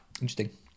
Interesting